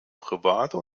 private